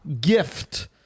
gift